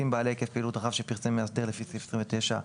בעלי היקף פעילות רחב שפרסם מאסדר לפי סעיף 29;